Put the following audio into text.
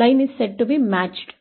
जुळते असे म्हणतात